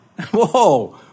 Whoa